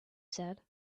said